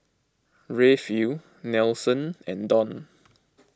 Rayfield Nelson and Donn